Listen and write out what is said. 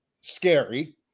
scary